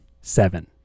seven